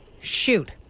Shoot